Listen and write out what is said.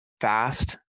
fast